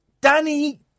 Danny